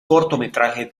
cortometraje